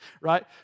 Right